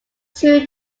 too